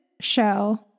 show